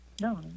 No